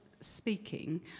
speaking